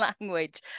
language